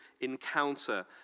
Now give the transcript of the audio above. encounter